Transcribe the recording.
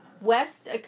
west